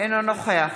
אינו נוכח